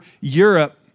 Europe